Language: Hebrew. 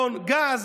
חשבון גז,